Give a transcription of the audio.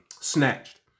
Snatched